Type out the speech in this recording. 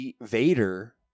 Vader